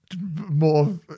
more